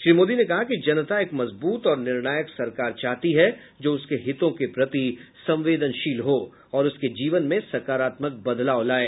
श्री मोदी ने कहा कि जनता एक मजबूत और निर्णायक सरकार चाहती है जो उसके हितों के प्रति संवेदनशील हो और उसके जीवन में सकारात्मक बदलाव लाये